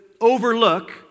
overlook